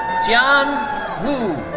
xian wu.